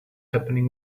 happening